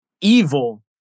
evil